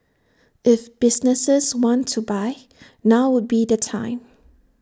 if businesses want to buy now would be the time